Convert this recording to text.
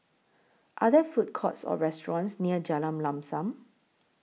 Are There Food Courts Or restaurants near Jalan Lam SAM